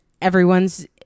Everyone's